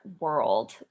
world